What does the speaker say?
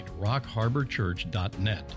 rockharborchurch.net